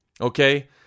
okay